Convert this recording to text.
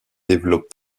développent